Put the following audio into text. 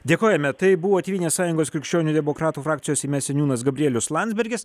dėkojame taip buvo tėvynės sąjungos krikščionių demokratų frakcijos seime seniūnas gabrielius landsbergis